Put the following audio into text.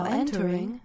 entering